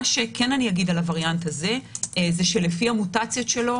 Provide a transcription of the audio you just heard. מה שכן אגיד על הווריאנט הזה הוא שלפי המוטציות שלו,